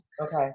Okay